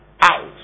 out